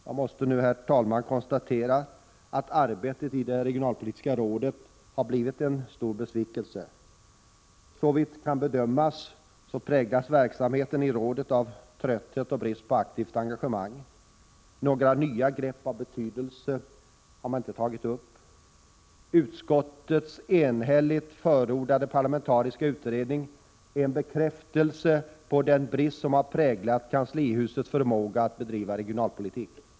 Jag måste nu, herr talman, konstatera att arbetet i det regionalpolitiska rådet har blivit en stor besvikelse. Såvitt kan bedömas, präglas verksamheten i rådet av trötthet och brist på aktivt engagemang. Några nya grepp av betydelse har inte tagits. Utskottets enhälligt förordade parlamentariska utredning är en bekräftelse på den brist som har präglat kanslihusets förmåga att bedriva regionalpolitik.